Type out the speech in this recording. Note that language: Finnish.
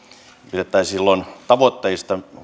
pidettäisiin tavoitteista